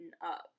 up